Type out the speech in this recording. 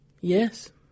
Yes